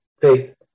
Faith